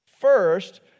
First